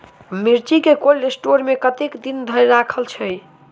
मिर्चा केँ cold store मे कतेक दिन धरि राखल छैय?